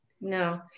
no